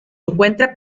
encuentra